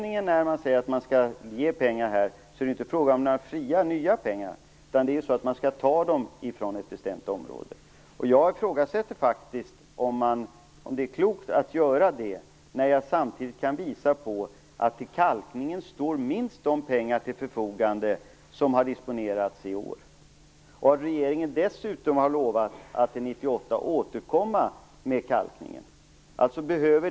När man säger att man skall anslå pengar är det ju inte fråga om några fria nya pengar, utan de skall tas från ett bestämt område. Jag ifrågasätter faktiskt om det är klokt att så sker samtidigt som det kan påvisas att till kalkning står till förfogande minst lika mycket pengar som har disponerats i år. Regeringen har dessutom lovat att 1998 återkomma till kalkningen.